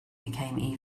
became